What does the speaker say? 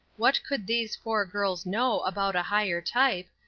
what could these four girls know about a higher type,